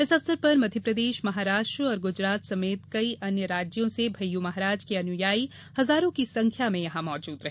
इस अवसर पर मध्यप्रदेश महाराष्ट्र और गुजरात समेत कई अन्य राज्यों से भय्यू महाराज के अनुयायी हजारों की संख्या में यहां मौजूद रहे